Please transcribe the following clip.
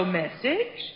message